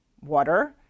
water